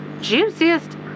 juiciest